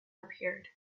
appeared